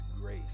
grace